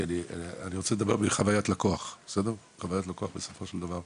אני רוצה לדבר מחוויית לקוח בסופו של דבר.